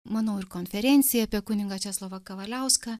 manau ir konferencija apie kunigą česlovą kavaliauską